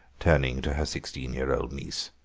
turning to her sixteen-year-old niece,